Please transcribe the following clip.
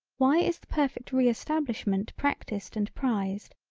why is the perfect reestablishment practiced and prized,